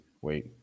wait